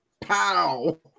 pow